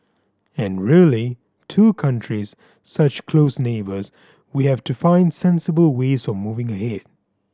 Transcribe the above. and really two countries such close neighbours we have to find sensible ways of moving ahead